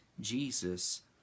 Jesus